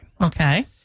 Okay